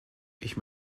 ich